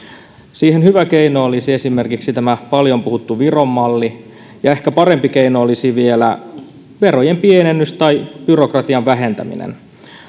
siihen hyvä keino olisi esimerkiksi paljon puhuttu viron malli ja ehkä vielä parempi keino olisi verojen pienennys tai byrokratian vähentäminen